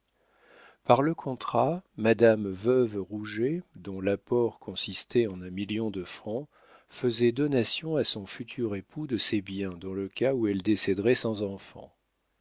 par le contrat madame veuve rouget dont l'apport consistait en un million de francs faisait donation à son futur époux de ses biens dans le cas où elle décéderait sans enfants